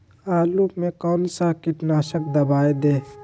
आलू में कौन सा कीटनाशक दवाएं दे?